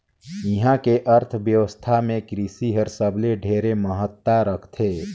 इहां के अर्थबेवस्था मे कृसि हर सबले ढेरे महत्ता रखथे